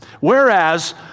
whereas